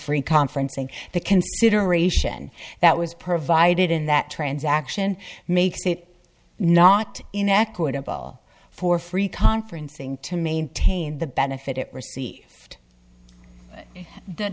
free conferencing the consideration that was provided in that transaction makes it not inequitable for free conferencing to maintain the benefit